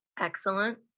Excellent